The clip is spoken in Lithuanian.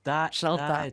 ta šalta